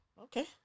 Okay